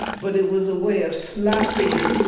but it was a way of slapping